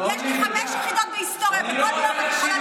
לא ביקשתי